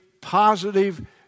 positive